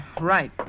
Right